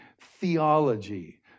theology